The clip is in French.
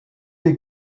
des